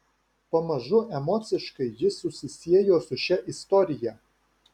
pamažu emociškai ji susisiejo su šia istorija